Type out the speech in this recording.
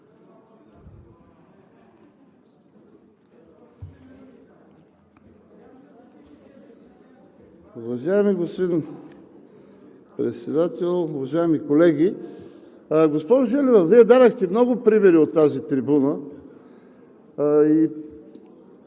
Уважаеми господин Председател, уважаеми колеги! Госпожо Желева, Вие дадохте много примери от тази трибуна и